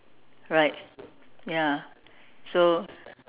right ya so